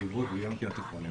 בחטיבות וגם בתיכוניים.